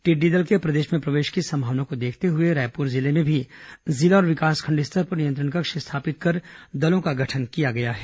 टिड्डी दल के प्रदेश में प्रवेश की संभावना को देखते हुए रायपुर जिले में भी जिला और विकासखंड स्तर पर नियंत्रण कक्ष स्थापित कर दलों का गठन किया गया है